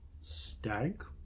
Stag